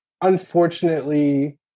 unfortunately